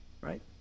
Right